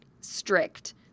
strict